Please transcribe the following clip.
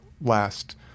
last